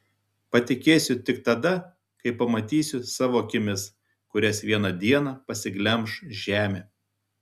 patikėsiu tik tada kai pamatysiu savo akimis kurias vieną dieną pasiglemš žemė